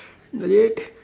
next